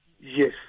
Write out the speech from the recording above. Yes